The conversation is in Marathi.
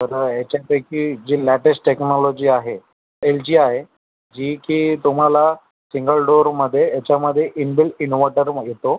तर ह्याच्यापैकी जी लॅटेस्ट टेक्नोलॉजी आहे एल जी आहे जी की तुम्हाला सिंगल डोअरमध्ये याच्यामध्ये इनबिल इन्व्हटर मग येतो